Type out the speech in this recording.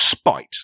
spite